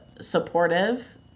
supportive